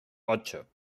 ocho